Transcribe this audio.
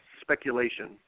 speculation